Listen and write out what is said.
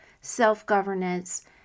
self-governance